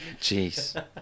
Jeez